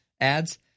ads